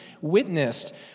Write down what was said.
witnessed